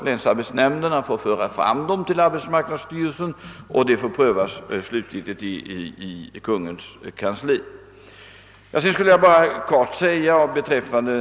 Länsarbetsnämnderna får föra fram dem till arbetsmarknadsstyrelsen, och Kungl. Maj:ts kansli får ta slutgiltig ställning till dem.